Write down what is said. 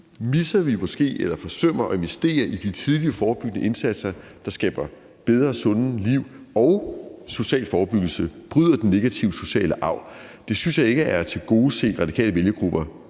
måske misser eller forsømmer at investere i de tidlige forebyggende indsatser, der skaber bedre og sundere liv og social forebyggelse og bryder den negative sociale arv. Det synes jeg ikke er at tilgodese radikale vælgergrupper